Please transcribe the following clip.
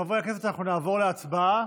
חברי הכנסת, אנחנו נעבור להצבעה.